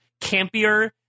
campier